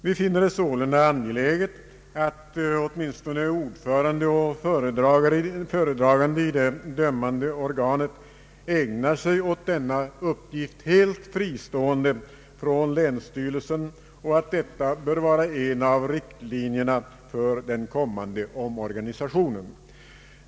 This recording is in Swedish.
Vi finner det angeläget att åtminstone ordföranden och föredraganden i det dömande organet ägnar sig åt denna uppgift helt fristående från länsstyrelsen och att detta bör vara en av riktlinjerna för den kommande omorganisationen.